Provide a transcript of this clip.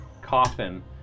coffin